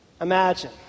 Imagine